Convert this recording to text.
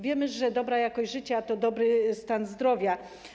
Wiemy, że dobra jakość życia to dobry stan zdrowia.